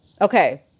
Okay